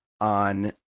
on